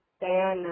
Diana